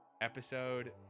episode